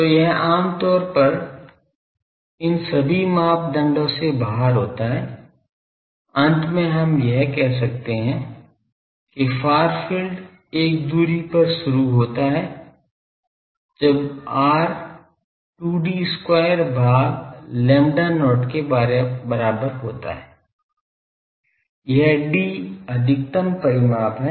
तो यह आम तौर पर इन सभी मानदंडों से बाहर होता है अंत में हम यह कह सकते हैं कि फार फील्ड एक दूरी पर शुरू होता है जब r 2D square भाग lambda not के बराबर होता है यह D अधिकतम परिमाप है